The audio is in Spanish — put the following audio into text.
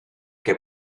que